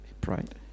pride